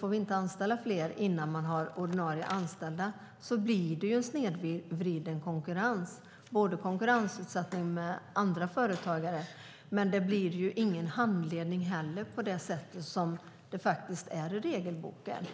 får anställa fler innan man har ordinarie personal blir det ju en snedvriden konkurrens med andra företagare. Det blir inte heller någon handledning som det anges i regelboken.